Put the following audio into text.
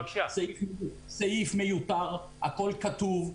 סעיף מיותר, הכול כתוב.